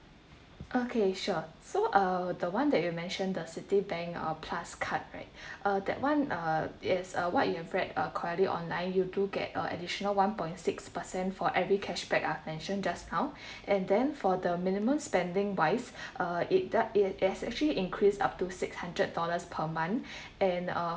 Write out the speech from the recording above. okay sure so uh the one that you mention the Citibank uh plus card right uh that one uh it's uh what you've read up uh query online you do get additional one point six percent for every cashback I mention just now and then for the minimum spending wise uh it do~ it has actually increase up to six hundred dollars per month and uh